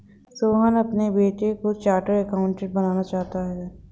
सोहन अपने बेटे को चार्टेट अकाउंटेंट बनाना चाहता है